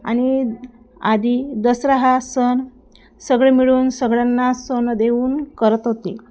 आणि आधी दसरा हा सण सगळे मिळून सगळ्यांना सण देऊन करत होते